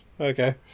Okay